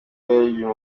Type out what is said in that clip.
yarebye